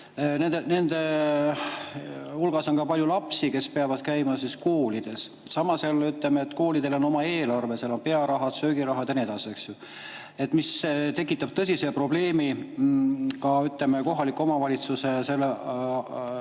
Nende hulgas on ka palju lapsi, kes peavad käima koolis. Samas, koolidel on oma eelarve, seal on pearahad, söögiraha ja nii edasi. See tekitab tõsise probleemi ka kohaliku omavalitsuse eelarvele.